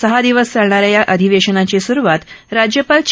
सहा दिवस चालणा या या अधिवेशनाची सुरुवात राज्यपाल चे